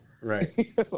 Right